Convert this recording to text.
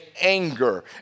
anger